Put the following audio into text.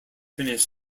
finish